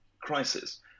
crisis